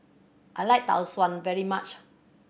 I like Tau Suan very much